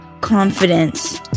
confidence